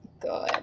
Good